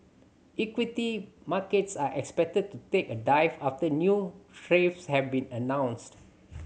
equity markets are expected to take a dive after new tariffs have been announced